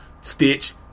stitch